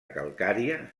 calcària